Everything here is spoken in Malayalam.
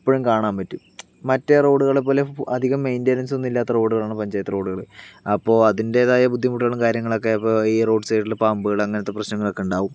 എപ്പോഴും കാണാൻ പറ്റും മറ്റേ റോഡുകളെ പോലെ അധികം മെയ്ന്റനൻസ് ഒന്നും ഇല്ലാത്ത റോഡുകളാണ് പഞ്ചായത്ത് റോഡുകൾ അപ്പോൾ അതിന്റേതായ ബുദ്ധിമുട്ടുകളും കാര്യങ്ങളൊക്കെ ഇപ്പൊ ഈ റോഡ് സൈഡിൽ പാമ്പുകൾ അങ്ങനത്തെ പ്രശ്നങ്ങളൊക്കെ ഉണ്ടാവും